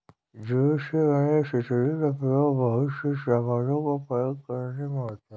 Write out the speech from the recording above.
jute से बने सुतली का प्रयोग बहुत से सामानों को पैक करने में होता है